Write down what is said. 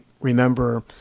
remember